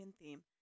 theme